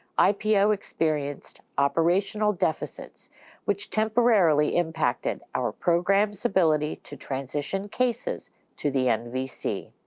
ipo experienced operational deficits which temporarily impacted our program's ability to transition cases to the nvc.